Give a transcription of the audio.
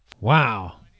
Wow